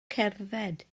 cerdded